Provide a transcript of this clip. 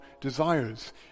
desires